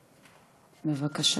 בבקשה.